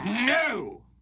No